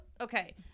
Okay